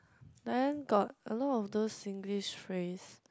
then got a lot of those Singlish phrase